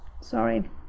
Sorry